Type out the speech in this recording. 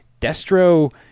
destro